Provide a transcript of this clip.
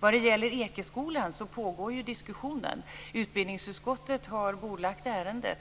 När det gäller Ekeskolan pågår ju diskussionen. Utbildningsutskottet har bordlagt ärendet.